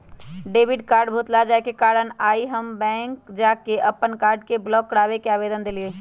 debit card भुतला जाय के कारण आइ हम बैंक जा कऽ अप्पन कार्ड के ब्लॉक कराबे के आवेदन देलियइ